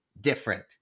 different